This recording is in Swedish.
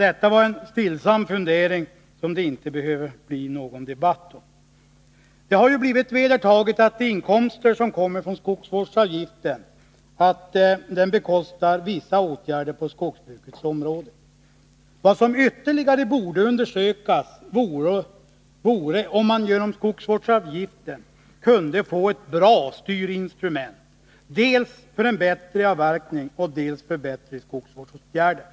Detta är en stillsam fundering som det inte behöver bli någon debatt om. Det har ju blivit vedertaget att med de inkomster som uppkommer på grund av skogsvårdsavgiften bekosta vissa åtgärder på skogsbrukets område. Man borde emellertid ytterligare undersöka om man genom skogsvårdsavgiften kunde få ett bra styrinstrument, dels för att få en bättre avverkning, dels för att få bättre skogsvårdsåtgärder.